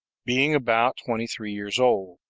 being about twenty-three years old.